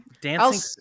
Dancing